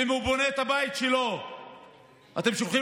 ואם הוא בונה את הבית שלו אתם שולחים